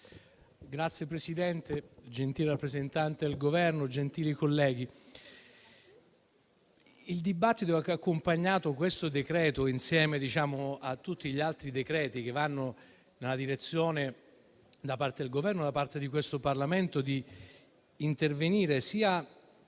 Signor Presidente, gentile rappresentante del Governo, gentili colleghi, il dibattito che ha accompagnato questo decreto-legge, insieme a tutti gli altri che vanno nella direzione, da parte del Governo e di questo Parlamento, di intervenire